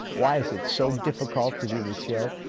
why is it so difficult to do this show?